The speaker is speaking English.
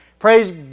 Praise